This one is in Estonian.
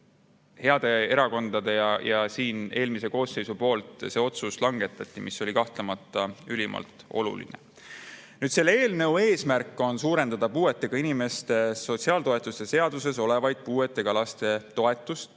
heade erakondade ja eelmise koosseisu poolt see otsus langetati, mis oli kahtlemata ülimalt oluline. Nüüd, selle eelnõu eesmärk on suurendada puuetega inimeste sotsiaaltoetuste seaduses olevat puuetega laste toetust,